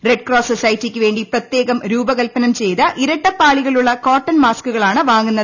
red cross സൊസൈറ്റിക്ക് വേണ്ടി പ്രത്യേകം രൂപകൽപന ചെയ്ത ഇരട്ട പാളികളുള്ള കോട്ടൺ മാസ്കുകൾ ആണ് വാങ്ങുന്നത്